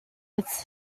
its